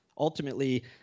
ultimately